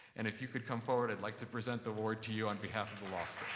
and if you could come forward, i'd like to present the award to you on behalf of the law so